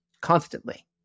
constantly